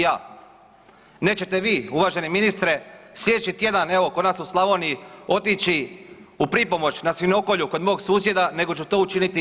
Neće vi, uvaženi ministre, sljedeći tjedan, evo, kod nas u Slavoniji otići u pripomoć na svinjokolju kod mog susjeda, nego ću to učiniti ja.